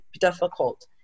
difficult